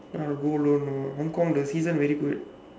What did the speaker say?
then I'll go alone hong kong the season very good